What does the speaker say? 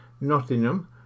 Nottingham